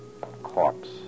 Corpse